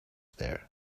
there